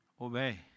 Obey